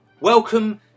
Welcome